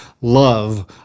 love